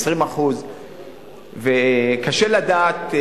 20%. קשה לדעת,